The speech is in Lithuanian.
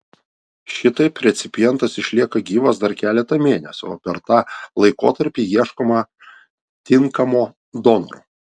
šitaip recipientas išlieka gyvas dar keletą mėnesių o per tą laikotarpį ieškoma tinkamo donoro